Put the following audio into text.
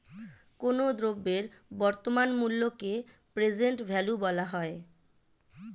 কোনো দ্রব্যের বর্তমান মূল্যকে প্রেজেন্ট ভ্যালু বলা হয়